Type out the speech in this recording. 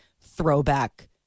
throwback